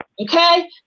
Okay